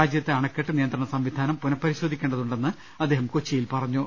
രാജ്യത്തെ അണക്കെട്ട് നിയന്ത്രണ സംവിധാനം പുനഃപരിശോധിക്കേണ്ടതു ണ്ടെന്ന് അദ്ദേഹം കൊച്ചിയിൽ പറഞ്ഞു